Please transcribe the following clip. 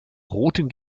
roten